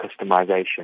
customization